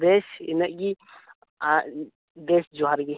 ᱵᱮᱥ ᱤᱱᱟᱹᱜ ᱜᱮ ᱟᱨ ᱵᱮᱥ ᱡᱚᱦᱟᱨ ᱜᱮ